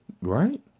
Right